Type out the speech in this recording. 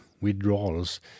withdrawals